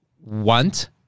want